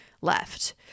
left